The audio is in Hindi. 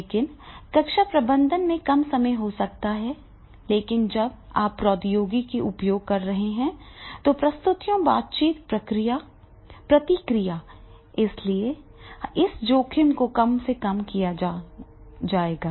लेकिन कक्षा प्रबंधन में कम समय हो सकता है लेकिन जब आप प्रौद्योगिकी का उपयोग कर रहे हैं तो प्रस्तुतियाँ बातचीत प्रतिक्रिया इसलिए इसलिए इस जोखिम को कम से कम किया जाएगा